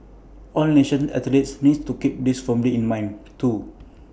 all nation athletes need to keep this firmly in mind too